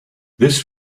this